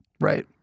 right